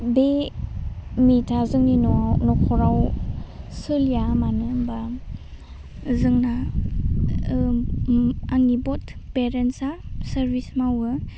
बे मिथआ जोंनि न'आव न'खराव सोलिया मानो होमबा जोंना ओह ओम आंनि बथ फेरेन्सआ सारबिस मावो